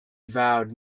vowed